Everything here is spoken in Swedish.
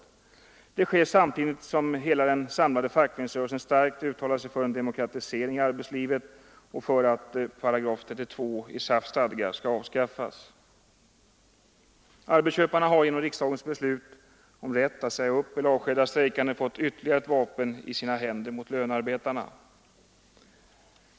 Detta sker samtidigt som hela den samlade fackföreningsrörelsen starkt uttalar sig för en demokratisering i arbetslivet och för att § 32 i SAF:s stadgar skall avskaffas. Arbetsköparna har genom riksdagens beslut om rätt att säga upp eller avskeda strejkande fått ytterligare ett vapen i sina händer mot lönarbetarna.